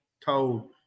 told